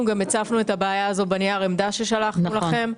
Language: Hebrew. הצפנו את הבעיה הזאת בנייר העמדה ששלחנו לכם.